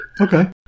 Okay